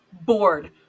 bored